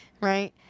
right